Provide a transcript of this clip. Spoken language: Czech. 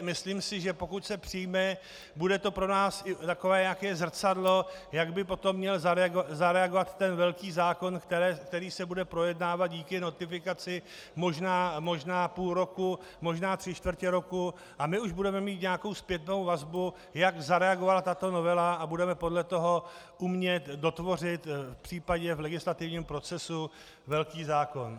Myslím si, že pokud se přijme, bude to pro nás i takové nějaké zrcadlo, jak by potom měl zareagovat ten velký zákon, který se bude projednávat díky notifikaci možná půl roku, možná tři čtvrtě roku, a my už budeme mít nějakou zpětnou vazbu, jak zareagovala tato novela, a budeme podle toho umět dotvořit případně v legislativním procesu velký zákon.